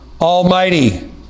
Almighty